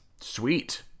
sweet